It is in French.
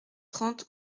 trente